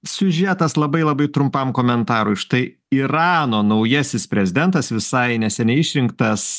siužetas labai labai trumpam komentarui štai irano naujasis prezidentas visai neseniai išrinktas